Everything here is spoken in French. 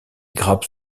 grappes